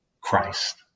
Christ